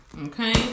Okay